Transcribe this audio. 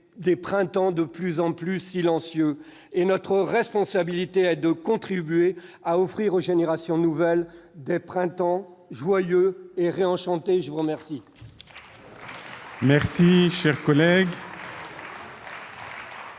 des printemps de plus en plus silencieux. Notre responsabilité est de contribuer à offrir aux générations nouvelles des printemps joyeux et réenchantés ! La parole